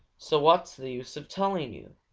so what's the use of telling yo'?